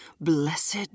blessed